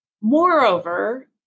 Moreover